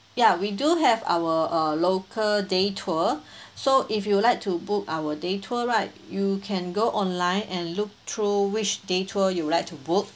yeah we do have our uh local day tour so if you would like to book our day tour right you can go online and look through which day tour you would like to book